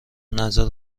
نظر